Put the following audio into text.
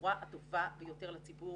בצורה הטובה ביותר לציבור,